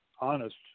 honest